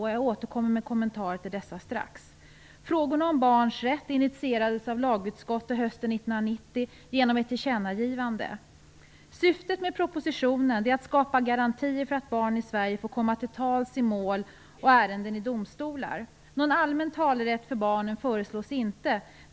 Jag återkommer med kommentarer till dessa strax. Frågorna om barns rätt initierades av lagutskottet hösten 1990 genom ett tillkännagivande. Syftet med propositionen är att skapa garantier för att barn i Sverige får komma till tals i mål och ärenden i domstolar. Någon allmän talerätt för barnen föreslås inte.